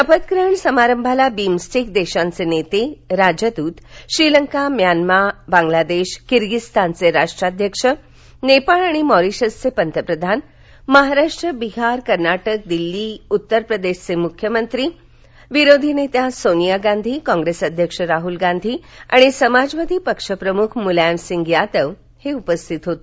शपथग्रहण समारंभाला बिम्सटेक देशांचे नेते राजदूत श्रीलंका म्यानमार बांगलादेश किर्गिझस्तानचे राष्ट्राध्यक्ष नेपाळ आणि मौरीशसचे पंतप्रधान महाराष्ट्र बिहार कर्नाटक दिल्ली उत्तर प्रदेशचे मुख्यमंत्री विरोधी नेत्या सोनिया गांधी कॉंग्रेस अध्यक्ष राहल गांधी आणि समाजवादी पक्ष प्रमुख मुलायमसिंग यादव उपस्थित होते